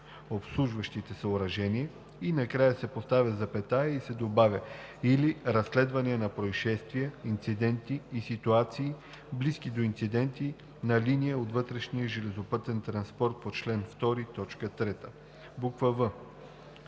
обслужващите съоръжения“ и накрая се поставя запетая и се добавя „или разследвания на произшествия, инциденти и ситуации, близки до инциденти, на линии от вътрешния железопътен транспорт по чл. 2, т.